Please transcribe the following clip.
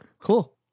Cool